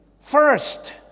first